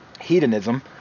hedonism